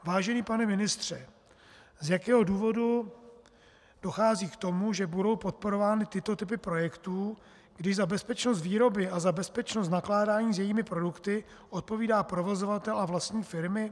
Vážený pane ministře, z jakého důvodu dochází k tomu, že budou podporovány tyto typy projektů, když za bezpečnost výroby a za bezpečnost nakládání s jejími produkty odpovídá provozovatel a vlastník firmy?